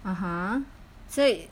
(uh huh) so it